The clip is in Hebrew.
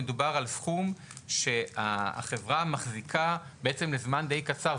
מדובר על סכום שהחברה מחזיקה לזמן די קצר,